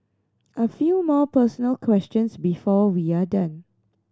a few more personal questions before we are done